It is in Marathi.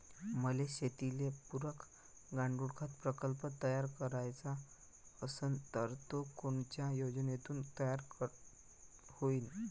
मले शेतीले पुरक गांडूळखत प्रकल्प तयार करायचा असन तर तो कोनच्या योजनेतून तयार होईन?